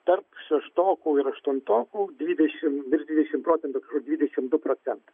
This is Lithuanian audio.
tarp šeštokų ir aštuntokų dvidešimt virš dvidešimt procentų dvidešimt du procentai